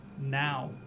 now